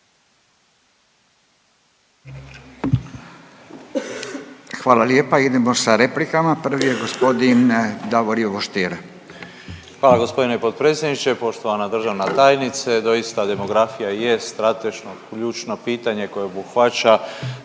Hvala lijepa. Idemo sa replikama, prvi je g. Davor Ivo Stier. **Stier, Davor Ivo (HDZ)** Hvala g. potpredsjedniče. Poštovana državna tajnice, doista demografija je strateško ključno pitanje koje obuhvaća